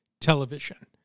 television